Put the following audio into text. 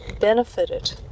benefited